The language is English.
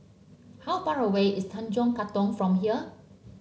how far away is Tanjong Katong from here